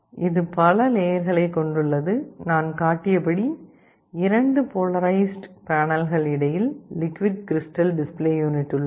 இது பல லேயர்களைக் கொண்டுள்ளது நான் காட்டியபடி 2 போலாரைஸ்ட் பேனல்கள் இடையில் லிக்விட் கிரிஸ்டல் டிஸ்ப்ளே யூனிட் உள்ளது